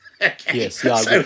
Yes